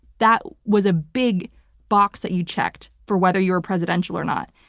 that was a big box that you checked for whether you were presidential or not,